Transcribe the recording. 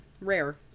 rare